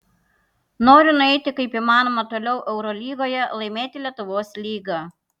noriu nueiti kaip įmanoma toliau eurolygoje laimėti lietuvos lygą